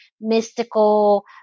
mystical